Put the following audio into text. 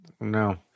No